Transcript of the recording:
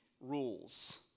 rules